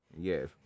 Yes